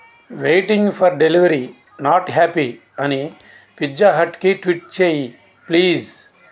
waiting for delivery not happy అని pizza హట్కి tweet చెయ్యి ప్లీజ్